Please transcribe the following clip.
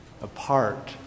apart